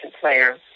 player